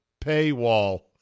paywall